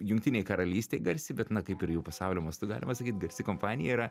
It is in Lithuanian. jungtinėj karalysėj garsi bet na kaip ir jau pasaulio mastu galima sakyt garsi kompanija yra